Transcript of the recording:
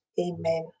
Amen